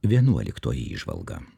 vienuoliktoji įžvalga